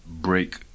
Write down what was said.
break